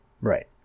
right